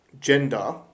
gender